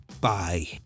Bye